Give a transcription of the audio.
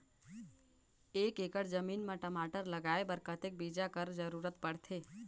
एक एकड़ जमीन म टमाटर लगाय बर कतेक बीजा कर जरूरत पड़थे?